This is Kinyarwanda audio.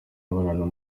mibonano